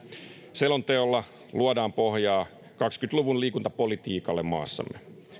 selonteolla luodaan pohjaa kaksikymmentä luvun liikuntapolitiikalle maassamme